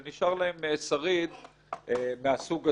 ונשאר להם שריד מהסוג הזה.